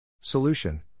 Solution